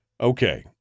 Okay